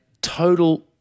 total